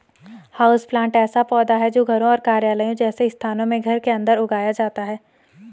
houseplant ऐसा पौधा है जो घरों और कार्यालयों जैसे स्थानों में घर के अंदर उगाया जाता है